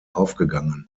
aufgegangen